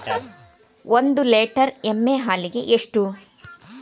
ಒಂದು ಲೇಟರ್ ಎಮ್ಮಿ ಹಾಲಿಗೆ ಎಷ್ಟು?